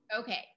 Okay